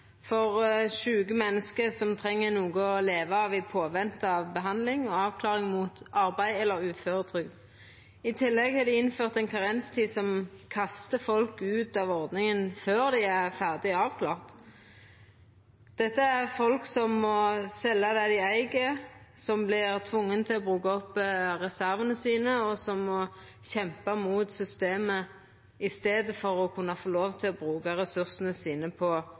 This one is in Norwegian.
for sjuke menneske som treng noko å leva av mens dei ventar på behandling og avklaring mot arbeid eller uføretrygd. I tillegg har dei innført ei karenstid som kastar folk ut av ordninga før dei er ferdig avklarte. Dette er folk som må selja det dei eig, som vert tvinga til å bruka opp reservane sine, og som må kjempa mot systemet i staden for å kunna få lov til å bruka ressursane sine på